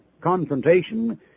confrontation